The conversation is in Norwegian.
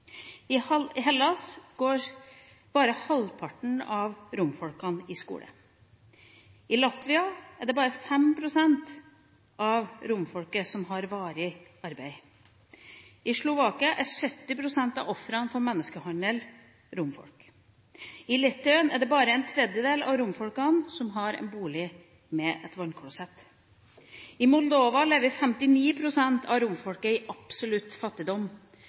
I Hellas går bare halvparten av romfolket på skole. I Latvia er det bare 5 pst. av romfolket som har varig arbeid. I Slovakia er 70 pst. av ofrene for menneskehandel romfolk. I Litauen er det bare en tredjedel av romfolket som har en bolig med vannklosett. I Moldova lever 59 pst. av romfolket i absolutt fattigdom.